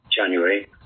January